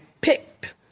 picked